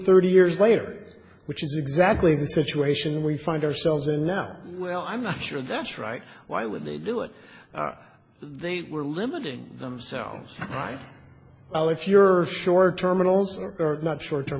thirty years later which is exactly the situation we find ourselves in now well i'm not sure that's right why would they do it they were limiting themselves right now if you're short term and also not short term